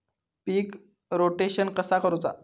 पीक rotation कसा करूचा?